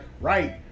right